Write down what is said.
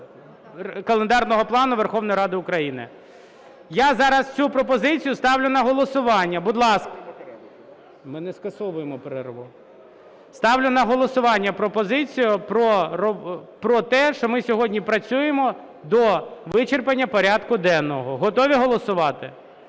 календарного плану Верховної Ради України. Я зараз цю пропозицію ставлю на голосування. Ставлю на голосування пропозицію про те, що ми сьогодні працюємо до вичерпання порядку денного. Готові голосувати?